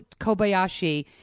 Kobayashi